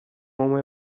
uomo